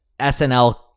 SNL